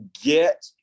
get